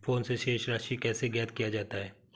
Phone से शेष राशि कैसे ज्ञात किया जाता है?